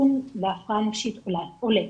הסיכון להפרעה נפשית עולה,